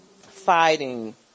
fighting